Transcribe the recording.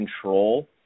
control